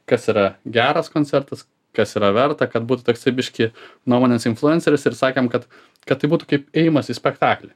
kas yra geras koncertas kas yra verta kad būtų toksai biškį nuomonės influenceris ir sakėm kad kad tai būtų kaip ėjimas į spektaklį